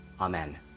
Amen